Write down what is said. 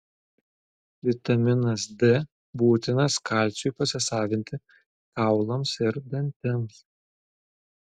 vitaminas d būtinas kalciui pasisavinti kaulams ir dantims